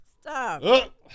Stop